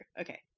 Okay